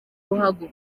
ruhago